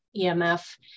EMF